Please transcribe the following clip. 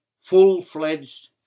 full-fledged